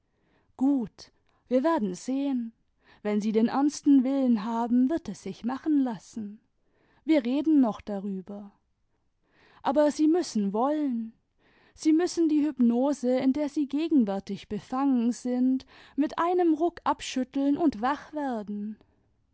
gut wir werden sehen wenn sie den ernsten willen haben wird es sich machen lassen wir reden noch darüber aber sie müssen wollen sie müssen die hypnose in der sie gegenwärtig befangen sind mit einem ruck abschütteln und wach werden